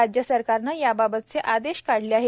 राज्य सरकारने याबाबतचे आदेश काढले आहेत